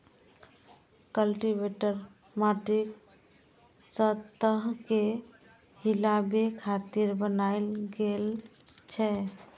cultivator माटिक सतह कें हिलाबै खातिर बनाएल गेल छै